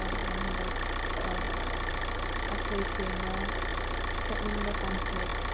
ꯍꯟꯗꯛ ꯑꯈꯣꯢ ꯆꯦꯅ ꯆꯠꯅꯤꯡꯕ ꯀꯣꯟꯁꯔꯠ